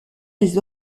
des